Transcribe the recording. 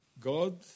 God